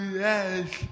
yes